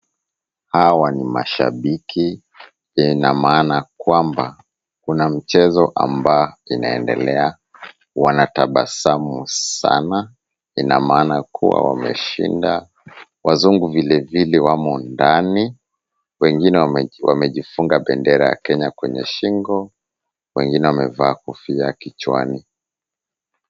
Hawa ni mashabiki. Ina maana kwamba kuna mchezo ambao inaendelea. Wanatabasamu sana. Ina maana kuwa wameshinda. Wazungu vilevile wamo ndani. Wengine wamejifunga bendera ya Kenya kwenye shingo. Wengine wamevaa kofia kichwani.